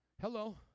Hello